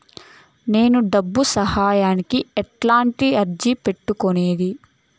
నేను డబ్బు సహాయానికి ఎట్లా అర్జీ పెట్టుకునేది?